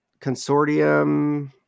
Consortium